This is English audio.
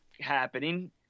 happening